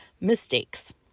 mistakes